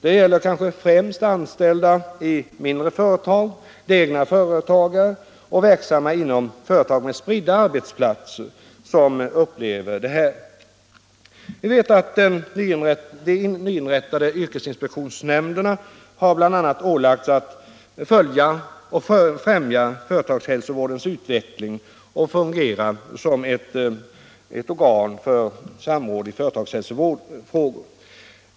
Det gäller kanske främst anställda i mindre företag, egna företagare och verksamma inom företag med spridda arbetsplatser. Vi vet att de nyinrättade yrkesinspektionsnämnderna bl.a. ålagts att följa och främja företagshälsovårdens utveckling och att fungera som organ för samråd i företagshälsovårdsfrågor.